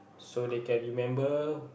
so they can remember